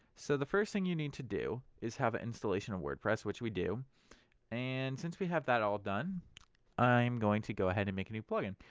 so the first thing you need to do is have an installation of wordpress which we do and since we have that all, done i'm going to go ahead and make a new plugin.